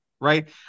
right